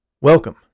Welcome